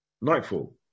nightfall